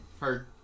Heard